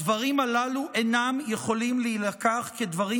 הדברים הללו אינם יכולים להילקח כדברים